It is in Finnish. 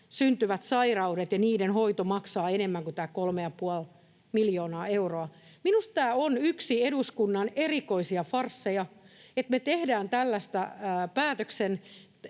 syntyvät sairaudet ja niiden hoito maksavat enemmän kuin tämä 3,5 miljoonaa euroa. Minusta tämä on yksi eduskunnan erikoisia farsseja, että me tehdään tällaista päätöksenteon